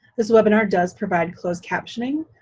this webinar does provide closed captioning.